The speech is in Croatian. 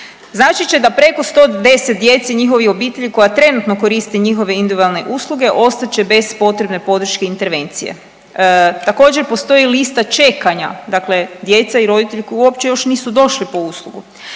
Značit će da preko 110 djece i njihovih obitelji koja trenutno koriste njihove individualne usluge ostat će bez potrebne podrške i intervencije. Također postoji lista čekanja, dakle djeca i roditelji koji uopće još nisu došli po uslugu.